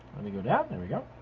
let me go down. there we go.